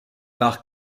par